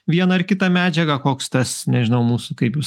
vieną ar kitą medžiagą koks tas nežinau mūsų kaip jūs